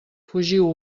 fugiu